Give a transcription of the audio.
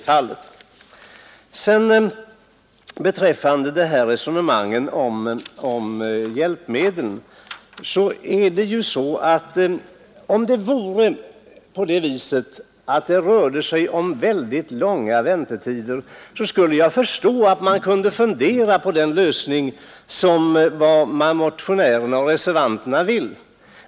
Vad beträffar resonemangen om hjälpmedlen vill jag säga, att om det rörde sig om väldigt långa väntetider, så skulle jag förstå att man kunde fundera på den lösning som motionärerna och reservanterna vill ha.